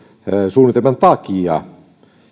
suunnitelman takia